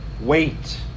wait